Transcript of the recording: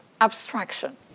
abstraction